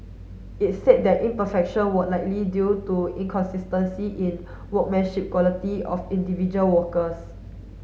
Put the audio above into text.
it said that imperfection were likely due to inconsistency in workmanship quality of individual workers